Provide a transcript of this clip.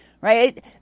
right